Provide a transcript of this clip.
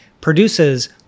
produces